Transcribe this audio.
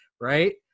right